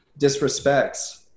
disrespects